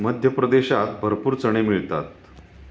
मध्य प्रदेशात भरपूर चणे मिळतात